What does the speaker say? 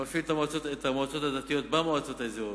מפעיל את המועצות הדתיות במועצות האזוריות,